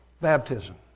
baptism